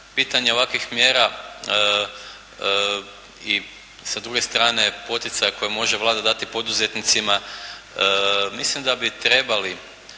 pitanje ovakvih mjera i sa druge strane poticaja koje može Vlada dati poduzetnicima, mislim da bi trebali